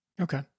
Okay